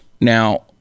Now